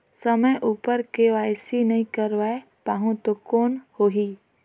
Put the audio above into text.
समय उपर के.वाई.सी नइ करवाय पाहुं तो कौन होही?